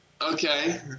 Okay